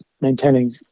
maintaining